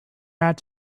not